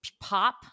Pop